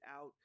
out